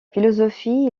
philosophie